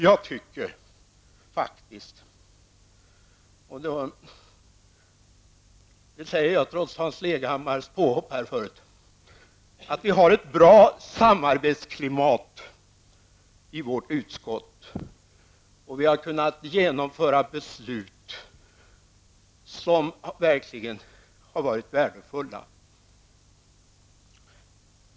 Jag tycker faktiskt -- det säger jag trots Hans Leghammars påhopp -- att vi har ett bra samarbetsklimat i vårt utskott. Vi har kunnat genomföra beslut som verkligen har varit värdefulla.